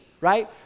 right